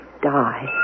die